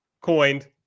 coined